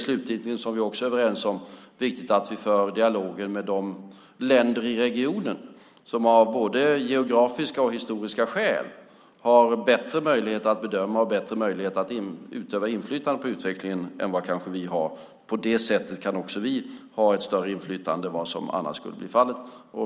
Slutligen, som vi också är överens om, är det viktigt att vi för dialogen med de länder i regionen som av både geografiska och historiska skäl har bättre möjligheter att bedöma och utöva inflytande på utvecklingen än vad vi kanske har. På det sättet kan också vi ha ett större inflytande än vad som annars skulle bli fallet.